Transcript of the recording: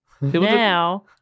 Now